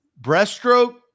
breaststroke